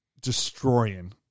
destroying